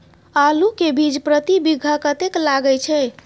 आलू के बीज प्रति बीघा कतेक लागय छै?